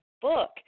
book